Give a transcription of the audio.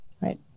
Right